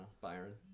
Byron